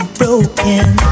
broken